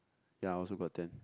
ya I also got ten